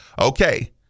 Okay